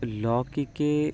लौकिके